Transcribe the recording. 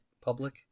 public